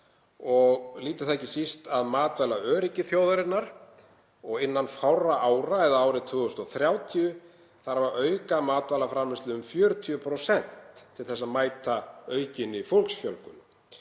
og lýtur ekki síst að matvælaöryggi þjóðarinnar. Innan fárra ára eða árið 2030 þarf að auka matvælaframleiðslu um 40% til að mæta aukinni fólksfjölgun.